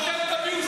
אתם תביאו